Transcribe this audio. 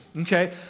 Okay